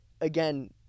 again